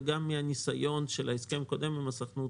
וגם מן הניסיון של ההסכם הקודם עם הסוכנות,